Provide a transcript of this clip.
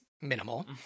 minimal